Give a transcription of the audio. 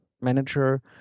manager